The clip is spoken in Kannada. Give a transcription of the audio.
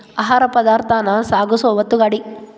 ಆಹಾರ ಪದಾರ್ಥಾನ ಸಾಗಸು ಒತ್ತುಗಾಡಿ